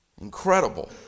Incredible